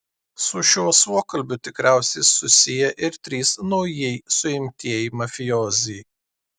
su šiuo suokalbiu tikriausiai susiję ir trys naujai suimtieji mafijoziai